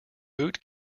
boot